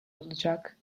olacak